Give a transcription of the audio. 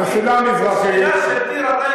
השאלה,